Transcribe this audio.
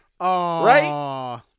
Right